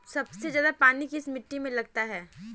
सबसे ज्यादा पानी किस मिट्टी में लगता है?